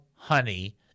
Honey